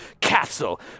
castle